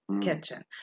kitchen